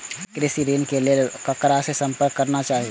कृषि ऋण के लेल ककरा से संपर्क करना चाही?